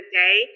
day